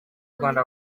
rwanda